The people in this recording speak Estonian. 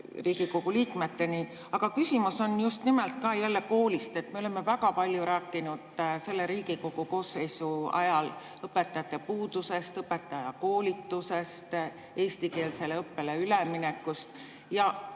Riigikogu liikmeteni. Aga küsimus on just nimelt jälle kooli kohta. Me oleme väga palju rääkinud selle Riigikogu koosseisu ajal õpetajate puudusest, õpetajakoolitusest, eestikeelsele õppele üleminekust.